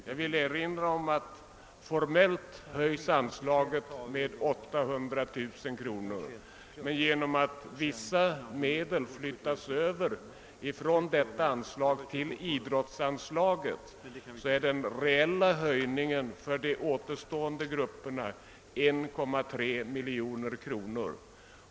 Jag vill erinra om att anslaget formeilt höjs med 809 000 kronor, men genom att vissa medel flyttas över från detta anslag till idrottsanslaget blir den reella höjningen för de återstående grupperna 1,3 miljoner kronor.